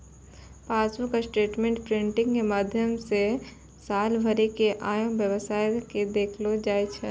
passbook statement printing के माध्यमो से साल भरि के आय व्यय के देखलो जाय छै